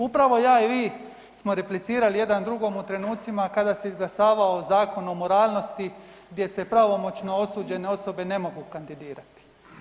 Upravo ja i vi smo replicirali jedan drugom u trenucima kada se izglasavao Zakon o moralnosti gdje se pravomoćno osuđene osobe ne mogu kandidirati.